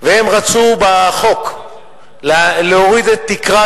והם רצו בחוק להוריד את תקרת